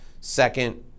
Second